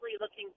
looking